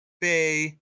Bay